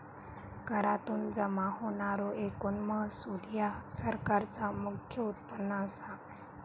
करातुन जमा होणारो एकूण महसूल ह्या सरकारचा मुख्य उत्पन्न असा